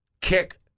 kick